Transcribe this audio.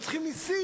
היו צריכים נסים.